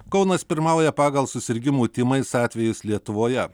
kaunas pirmauja pagal susirgimų tymais atvejis lietuvoje